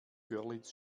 görlitz